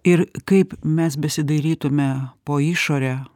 ir kaip mes besidairytume po išorę